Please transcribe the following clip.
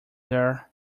there